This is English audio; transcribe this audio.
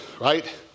right